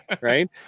Right